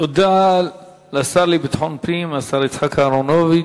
תודה לשר לביטחון פנים, השר יצחק אהרונוביץ.